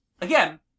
again